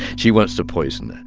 she wants to poison